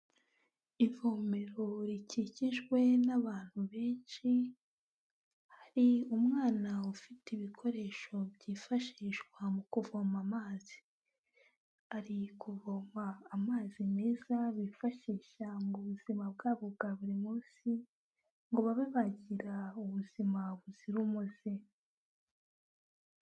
Ivomero rikikijwe n'abantu benshi hari umwana ufite ibikoresho byifashishwa mu kuvoma amazi ari kuvoma amazi meza bifashisha mu buzima bwabo bwa buri munsi ngo babe bagira ubuzima buzira umuze.